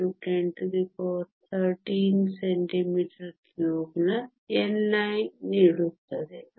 4 x 1013 cm3 ನ ni ನೀಡುತ್ತದೆ